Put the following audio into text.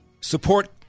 support